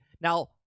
Now